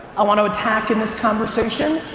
i want to attack in this conversation,